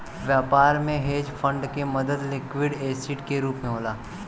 व्यापार में hedge fund के मदद लिक्विड एसिड के रूप होला